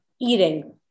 eating